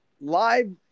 live